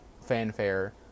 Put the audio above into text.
fanfare